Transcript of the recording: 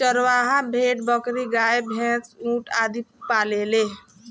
चरवाह भेड़, बकरी, गाय, भैन्स, ऊंट आदि पालेले